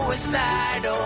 Suicidal